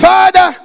Father